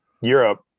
Europe